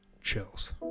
Chills